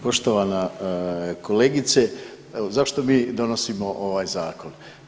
Poštovana kolegice, evo zašto mi donosimo ovaj zakon?